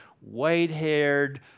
white-haired